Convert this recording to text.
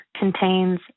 contains